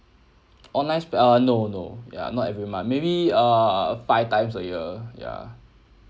online spend uh no no ya not every month maybe err five times a year ya